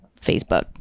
Facebook